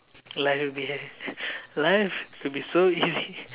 life will be life would be so easy